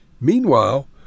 Meanwhile